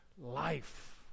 life